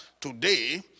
today